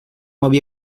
havia